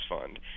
fund